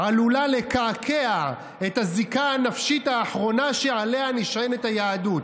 עלולה לקעקע את הזיקה הנפשית האחרונה שעליה נשענת היהדות.